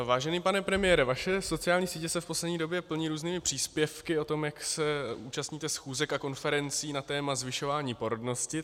Vážený pane premiére, vaše sociální sítě se v poslední době plní různými příspěvky o tom, jak se účastníte schůzek a konferencí na téma zvyšování porodnosti.